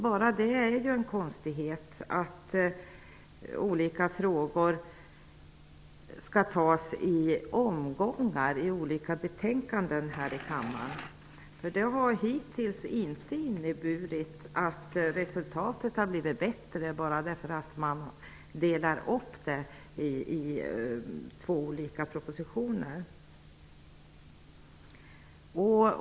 Bara detta att frågor skall behandlas i omgångar i olika betänkanden och här i kammaren är ju en konstighet. Att man delar upp det i två olika propositioner har hittills inte inneburit att resultatet har blivit bättre.